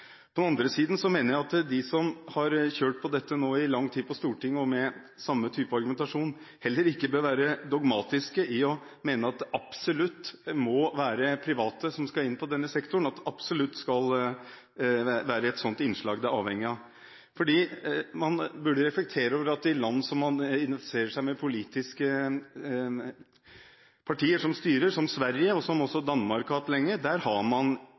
På den andre siden mener jeg at de som har kjørt fram dette i Stortinget nå i lang tid, med samme type argumentasjon, heller ikke bør være dogmatiske og mene at det absolutt må være private som skal inn på denne sektoren, at det absolutt skal være et slikt innslag det er avhengig av. Man burde reflektere over at i land der man identifiserer seg med de politiske partiene som styrer, som Sverige og Danmark, har man et offentlig institutt etter samme hovedmodell som i Norge. Det ville også vært prisverdig hvis man